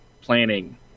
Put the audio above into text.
planning